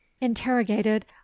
interrogated